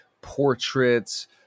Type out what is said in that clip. portraits